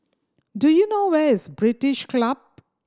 do you know where is British Club